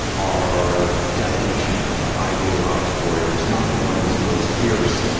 our definition of kind of the idealised warrior was not the one who was most fierce,